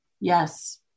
Yes